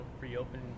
reopen